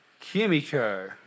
Kimiko